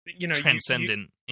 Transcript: transcendent